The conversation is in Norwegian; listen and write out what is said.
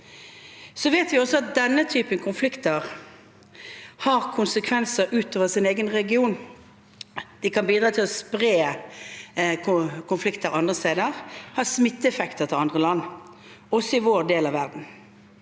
Så vet vi også at denne typen konflikter har konsekvenser utover sin egen region. De kan bidra til å spre konflikter til andre steder og kan ha smitteeffekter til andre land, også i vår del av verden.